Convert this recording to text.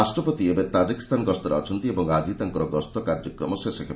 ରାଷ୍ଟ୍ରପତି ଏବେ ତାଜିକ୍ସ୍ତାନ ଗସ୍ତରେ ଅଛନ୍ତି ଏବଂ ଆଜି ତାଙ୍କର ଗସ୍ତ କାର୍ଯ୍ୟକ୍ରମ ଶେଷ ହେବ